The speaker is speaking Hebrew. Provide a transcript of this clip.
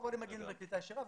רוב העולם מגיעים בקליטה ישירה.